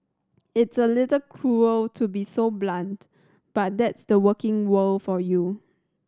it's a little cruel to be so blunt but that's the working world for you